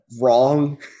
wrong